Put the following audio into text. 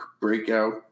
breakout